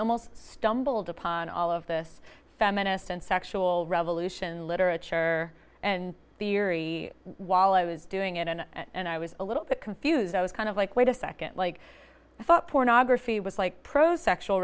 almost stumbled upon all of this feminist and sexual revolution literature and theory while i was doing it and i was a little bit confused i was kind of like wait a second like i thought pornography was like prose sexual